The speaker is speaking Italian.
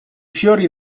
fiori